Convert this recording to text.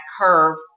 curve